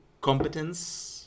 competence